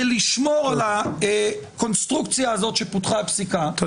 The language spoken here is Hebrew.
לשמור על הקונסטרוקציה הזאת שפותחה בפסיקה,